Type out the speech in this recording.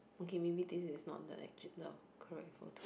okay maybe this is not the the correct photo